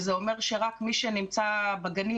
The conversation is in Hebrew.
וזה אומר שרק מי שנמצא בגנים,